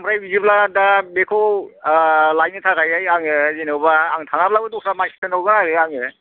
ओमफ्राय बिदिब्ला दा बेखौ लायनो थाखायहाय आङो जेन'बा आं थाङाब्लाबो द'स्रा मानसि थिनहरबा आरो आङो